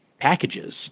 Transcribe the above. packages